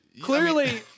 Clearly